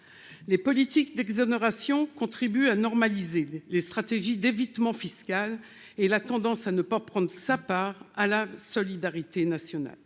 Les politiques d'exonération contribuent à normaliser les stratégies d'évitement fiscal et la tendance à ne pas prendre sa part dans la solidarité nationale.